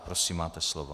Prosím, máte slovo.